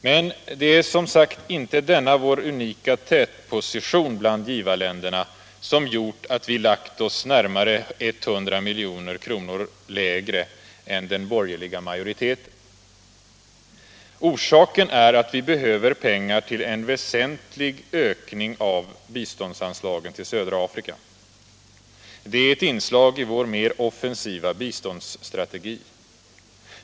Men det är, som sagt, inte denna vår unika tätposition bland givarländerna som gjort att vi lagt oss närmare 100 milj.kr. lägre än den borgerliga majoriteten. Orsaken är att vi behöver pengar till en väsentlig ökning av biståndsanslagen till södra Afrika. Det är ett inslag i vår mer offensiva biståndsstrategi.